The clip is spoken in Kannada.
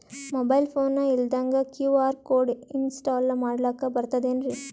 ಮೊಬೈಲ್ ಫೋನ ಇಲ್ದಂಗ ಕ್ಯೂ.ಆರ್ ಕೋಡ್ ಇನ್ಸ್ಟಾಲ ಮಾಡ್ಲಕ ಬರ್ತದೇನ್ರಿ?